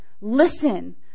Listen